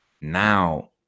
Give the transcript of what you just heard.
Now